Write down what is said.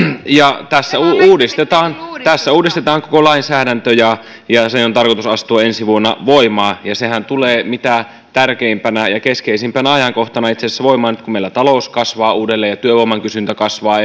tässä uudistetaan tässä uudistetaan koko lainsäädäntö ja ja sen on tarkoitus astua ensi vuonna voimaan ja sehän tulee mitä tärkeimpänä ja keskeisimpänä ajankohtana itse asiassa voimaan nyt kun meillä talous kasvaa uudelleen ja työvoiman kysyntä kasvaa